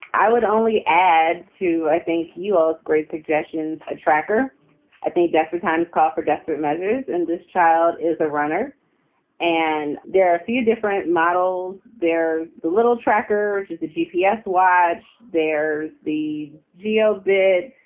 i would only add two. i think you ah those great suggestions. a tracker at the desperate times call for desperate measures. and this child is a runner and there are a few different models. there's the little tracker, which is a g p s. watch. there's the geo bit.